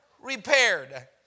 repaired